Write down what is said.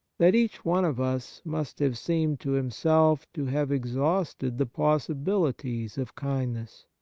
that each one of us must have seemed to himself to have exhausted the possibilities of kindness.